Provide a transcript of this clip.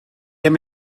hem